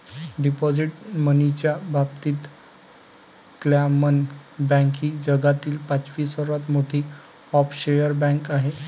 deposit मनीच्या बाबतीत क्लामन बँक ही जगातील पाचवी सर्वात मोठी ऑफशोअर बँक आहे